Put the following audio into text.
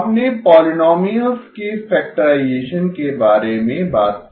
हमने पोलिनोमियल्स के फैक्टराइजेसन के बारे में बात की